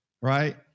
right